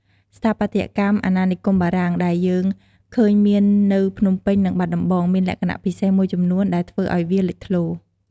ស្ថាបត្យកម្មអាណានិគមបារាំងដែលយើងឃើញមាននៅភ្នំពេញ និងបាត់ដំបង មានលក្ខណៈពិសេសមួយចំនួនដែលធ្វើឱ្យវាលេចធ្លោ។